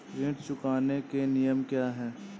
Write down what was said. ऋण चुकाने के नियम क्या हैं?